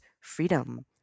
freedom